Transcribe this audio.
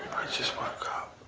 just woke up,